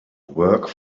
work